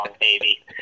baby